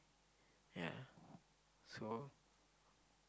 yeah so